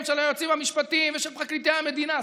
של היועצים המשפטיים ושל פרקליטי המדינה,